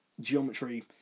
geometry